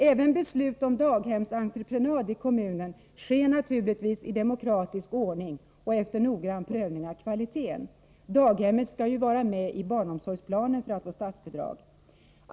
Även beslut om daghemsentreprenad i kommunen sker naturligtvis i demokratisk ordning och efter noggrann prövning av kvaliteten. Daghemmet skall ju vara med i barnomsorgsplanen för att få statsbidrag!